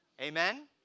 Amen